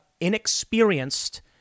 inexperienced